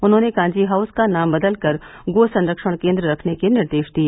उन्होंने कांजी हाउस का नाम बदलकर गो संरक्षण केन्द्र रखने के निर्देश दिए